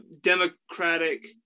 Democratic